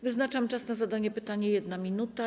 Wyznaczam czas na zadanie pytania - 1 minuta.